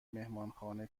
مهمانخانه